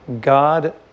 God